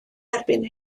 erbyn